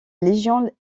légion